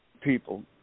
people